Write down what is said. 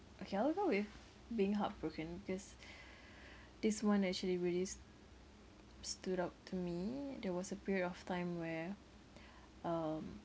okay I'll go with being heartbroken because this one actually really stood out to me there was a period of time where um